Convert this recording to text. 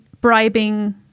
bribing